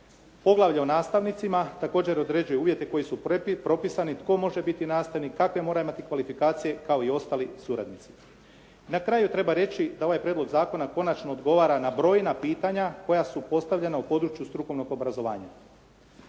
Poglavlje o nastavnicima, također određuje uvjete koji su propisani tko može biti nastavnik, kakve mora imati kvalifikacije kao i ostali suradnici. Na kraju treba reći da ovaj prijedlog zakona konačno odgovara na brojna pitanja koja su postavljena u području strukovnog obrazovanja.